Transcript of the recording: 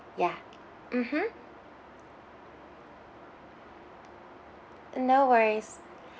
ya mmhmm no worries